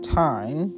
time